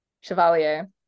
chevalier